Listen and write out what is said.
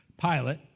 Pilate